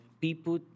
people